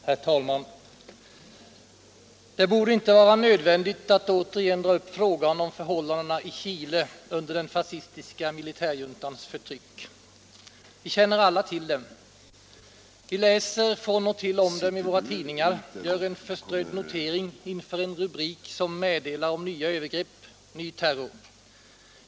Herr talman! Det borde inte vara nödvändigt att återigen dra upp frågan om förhållandena i Chile under den fascistiska militärjuntans förtryck. Vi känner alla till dem. Vi läser från och till om dem i våra tidningar, gör en förströdd notering inför en rubrik som meddelar om nya övergrepp, ny terror.